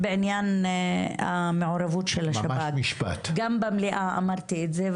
בעניין המעורבות של השב"כ, גם במליאה אמרתי את זה.